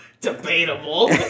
debatable